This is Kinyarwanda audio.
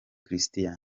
christian